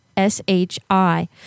S-H-I